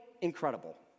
incredible